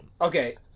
okay